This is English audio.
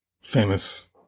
famous